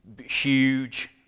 huge